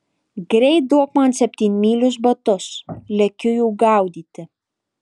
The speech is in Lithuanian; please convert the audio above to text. greit duok man septynmylius batus lekiu jų gaudyti